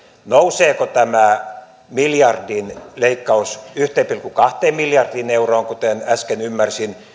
nouseeko tämä miljardin leikkaus yhteen pilkku kahteen miljardiin euroon nyt tehtyjen uusien indeksipäätösten jälkeen kuten äsken ymmärsin